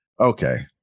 Okay